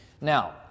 Now